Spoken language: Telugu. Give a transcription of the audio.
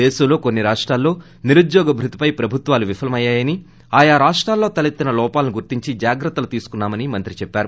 దేశంలో కొన్ని రాష్టాల్లో సిరుద్యేగ భృతిపై ప్రభుత్వాలు విఫలమయ్యాయని ఆయా రాష్టాల్లో తలెత్తిన లోపాలను గుర్తించి జాగ్రత్తలు తీసుకున్నామని మంత్రి చెప్పారు